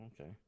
okay